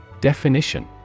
Definition